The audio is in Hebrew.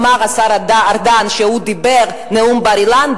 אמר השר ארדן שהוא דיבר בנאום בר-אילן,